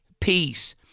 peace